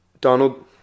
Donald